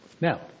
Now